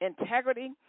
integrity